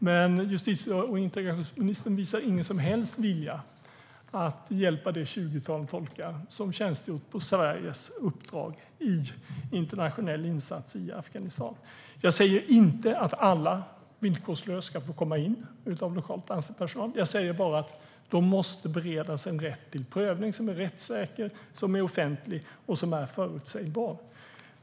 Men justitie och migrationsministern visar ingen som helst vilja att hjälpa det tjugotal tolkar som tjänstgjort på Sveriges uppdrag i internationell insats i Afghanistan. Jag säger inte att all lokalt anställd personal villkorslöst ska få komma in. Jag säger bara att de måste beredas en rätt till prövning som är rättssäker, offentlig och förutsägbar.